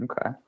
okay